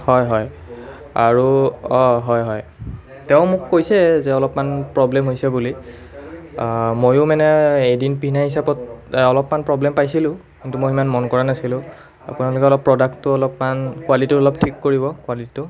হয় হয় আৰু হয় হয় তেওঁ মোক কৈছে যে অলপমান প্ৰব্লেম হৈছে বুলি ময়ো মানে এদিন পিন্ধা হিচাপত অলপমান প্ৰব্লেম পাইছিলোঁ কিন্তু মই ইমান মন কৰা নাছিলোঁ আপোনালোকে অলপ প্ৰডাক্টটো অলপমান কোৱালিটিটো অলপ ঠিক কৰিব কোৱালিটিটো